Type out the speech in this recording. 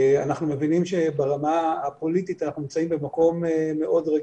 אנחנו מבינים שברמה הפוליטית אנחנו נמצאים במקום מאוד רגיש.